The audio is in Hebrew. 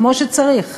כמו שצריך?